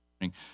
morning